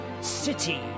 City